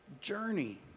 journey